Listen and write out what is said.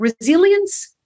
resilience